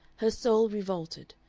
her soul revolted.